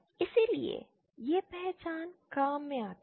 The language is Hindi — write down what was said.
इसलिए ये पहचान काम में आती हैं